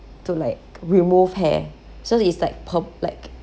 to like remove hair so it's like perm~ like